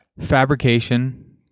fabrication